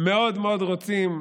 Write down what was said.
מאוד מאוד רוצים,